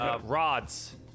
rods